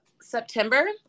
September